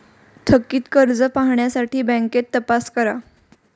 थकित कर्ज पाहण्यासाठी बँकेत तपास करा